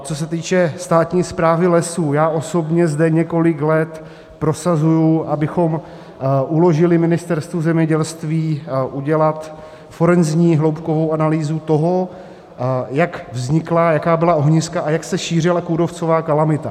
Co se týče státní správy lesů, já osobně zde několik let prosazuji, abychom uložili Ministerstvu zemědělství udělat forenzní hloubkovou analýzu toho, jak vznikla, jaká byla ohniska a jak se šířila kůrovcová kalamita.